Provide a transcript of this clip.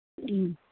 ꯎꯝ